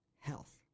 health